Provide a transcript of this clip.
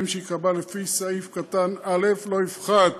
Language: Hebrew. שייקבעו לפי סעיף קטן (א) לא יפחת